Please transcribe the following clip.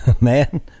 Man